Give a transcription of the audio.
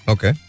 Okay